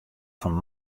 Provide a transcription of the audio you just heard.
fan